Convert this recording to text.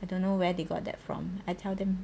I don't know where they got that from I tell them